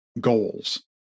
goals